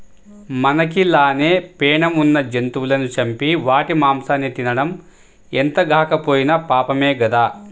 మనకి లానే పేణం ఉన్న జంతువులను చంపి వాటి మాంసాన్ని తినడం ఎంతగాకపోయినా పాపమే గదా